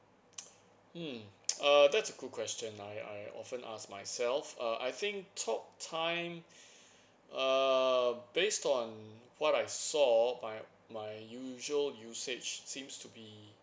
mm err that's a good question I I often ask myself uh I think talk time err based on what I saw my my usual usage seems to be